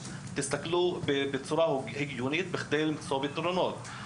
תסתכלו כאן על הדברים בצורה הגיונית כדי למצוא פתרונות.